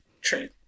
true